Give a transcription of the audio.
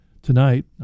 Tonight